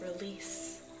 release